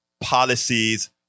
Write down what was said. policies